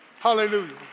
Hallelujah